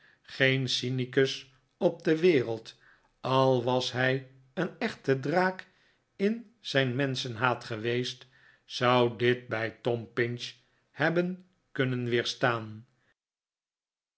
geen cynicus op de wereld al was hij een echte draak in zijn menschenhaat geweest zou dit bij tom pinch hebben kunnen weerstaan